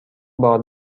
بار